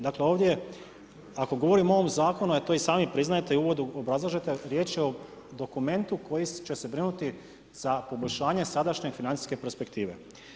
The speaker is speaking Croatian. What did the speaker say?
Dakle ovdje ako govorim o ovom zakonu, a to i sami priznajete i u uvodu obrazlažete, riječ je o dokumentu koji će se brinuti za poboljšanja sadašnje financijske perspektive.